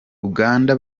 uganda